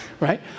Right